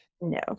No